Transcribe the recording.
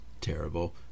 terrible